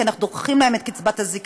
כי אנחנו דוחים להם את קצבת הזקנה.